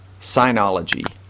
Sinology